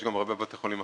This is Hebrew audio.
יש הרבה בתי חולים אחרים.